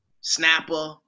snapper